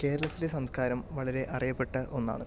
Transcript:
കേരളത്തിലെ സംസ്കാരം വളരെ അറിയപ്പെട്ട ഒന്നാണ്